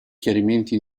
chiarimenti